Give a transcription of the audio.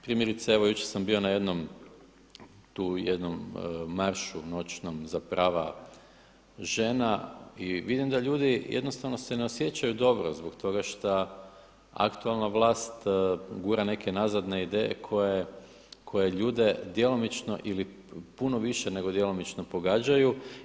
Primjerice, evo jučer sam bio na jednom, tu jednom maršu noćnom za prava žena i vidim da ljudi jednostavno se ne osjećaju dobro zbog toga šta aktualna vlast gura neke nazadne ideje koje ljude djelomično ili puno više nego djelomično pogađaju.